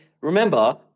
remember